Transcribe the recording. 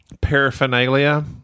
paraphernalia